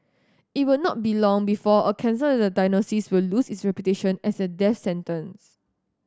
it will not be long before a cancer diagnosis will lose its reputation as a death sentence